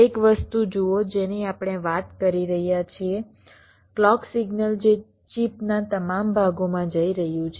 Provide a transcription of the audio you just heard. એક વસ્તુ જુઓ જેની આપણે વાત કરી રહ્યા છીએ ક્લૉક સિગ્નલ જે ચિપના તમામ ભાગોમાં જઈ રહ્યું છે